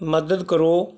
ਮਦਦ ਕਰੋ